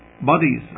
bodies